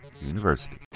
University